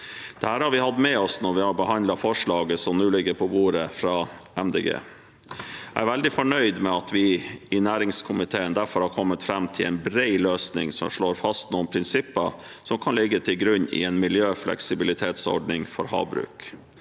Dette har vi hatt med oss når vi har behandlet forslaget fra Miljøpartiet De Grønne som nå ligger på bordet. Jeg er veldig fornøyd med at vi i næringskomiteen derfor har kommet fram til en bred løsning som slår fast noen prinsipper som kan ligge til grunn i en miljøfleksibilitetsordning for havbruk.